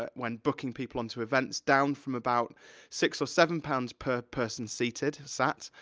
but when booking people into events, down from about six or seven pounds per person seated, sat,